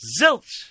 zilch